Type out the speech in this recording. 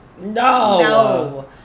No